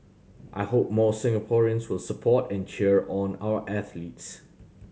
I hope more Singaporeans will support and cheer on our athletes